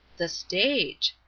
the stage!